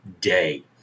day